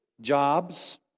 jobs